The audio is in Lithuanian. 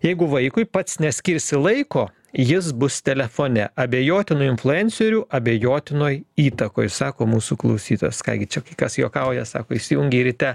jeigu vaikui pats neskirsi laiko jis bus telefone abejotinų influencerių abejotinoj įtakoj sako mūsų klausytojas ką gi čia kai kas juokauja sako įsijungei ryte